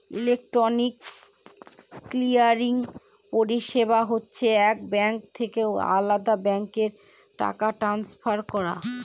electronic clearing পরিষেবা হচ্ছে এক ব্যাঙ্ক থেকে আলদা ব্যাঙ্কে টাকা ট্রান্সফার করা